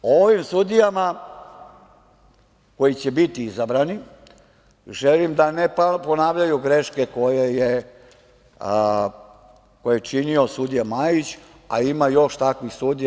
Ovim sudijama koji će biti izabrani, želim da ne ponavljaju greške koje je činio sudija Majić, a ima još takvih sudija.